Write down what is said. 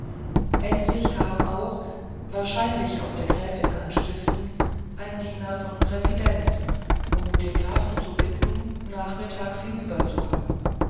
endlich kam auch wahrscheinlich auf der gräfin anstiften ein diener von präsidents um den grafen zu bitten nachmittags hinüber